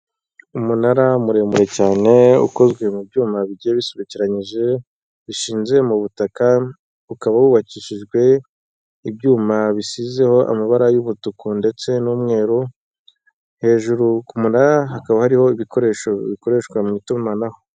Umunara muremure cyane ukozwe mu byuma bigiye bisobekeranyije bishinze mu butaka, ukaba wubakishijwe ibyuma bisizeho amabara y'ubutuku ndetse n'umweru, hejuru ku munara hakaba hariho ibikoresho bikoreshwa mu itumanaho.